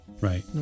Right